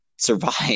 survive